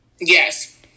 Yes